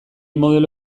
modelo